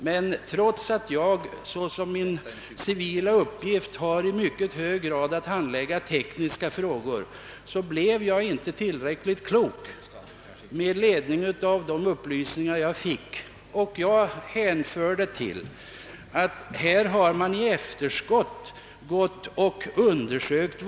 Trots att jag som min civila uppgift har att i mycket hög grad handlägga tekniska frågor, blev jag inte mycket klokare av de upplysningar jag fick. Jag hänför detta till att man här undersökt varorna i efterskott.